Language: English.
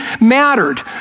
mattered